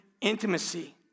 intimacy